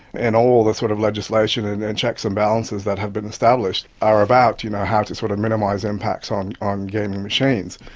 and all the sort of legislation and and checks and balances that have been established are about you know how to sort of minimise impacts on on gaming machines.